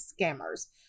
scammers